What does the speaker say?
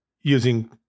using